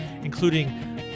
including